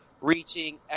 reaching